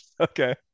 Okay